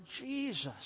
Jesus